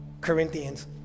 Corinthians